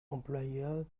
employeur